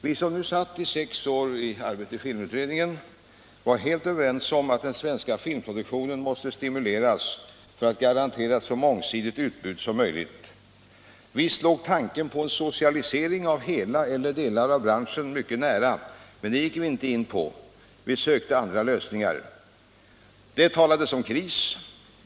Vi som satt i sex år med arbetet i filmutredningen var helt överens om att den svenska filmproduktionen måste stimuleras för att garantera ett så mångsidigt utbud som möjligt. Visst låg tanken på en socialisering av hela eller delar av branschen mycket nära, men det gick vi inte in på — vi sökte andra lösningar. Det talades om kris.